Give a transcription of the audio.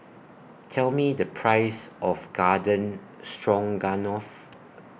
Tell Me The Price of Garden Stroganoff